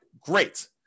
great